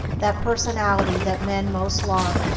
that personality that men most love,